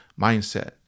mindset